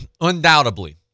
undoubtedly